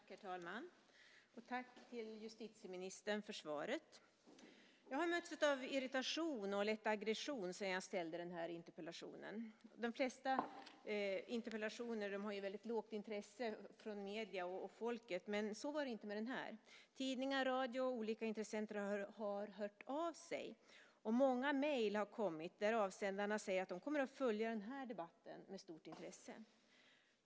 Herr talman! Först vill jag tacka justitieministern för svaret. Jag har mötts av irritation och lätt aggression sedan jag ställde denna interpellation. De flesta interpellationer möts av ett väldigt litet intresse från medierna och folket, men så är det inte med denna. Tidningar, radio och olika intressenter har hört av sig. Det har också kommit många mejl där avsändarna säger att de kommer att följa denna debatt med stort intresse.